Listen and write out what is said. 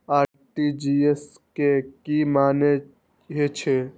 RTGS के की मानें हे छे?